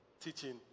teaching